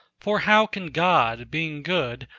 for how can god, being good,